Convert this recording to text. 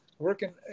working